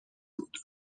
بود